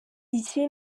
iki